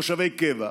תושבי קבע,